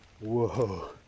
whoa